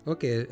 Okay